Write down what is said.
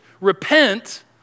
repent